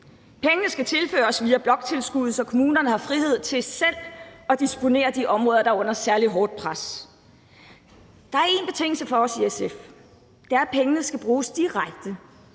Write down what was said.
Pengene skal tilføres via bloktilskud, så kommunerne har frihed til selv at disponere over de områder, der er under særlig hårdt pres. Der er én betingelse for os i SF. Det er, at pengene skal bruges direkte